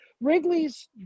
Wrigley's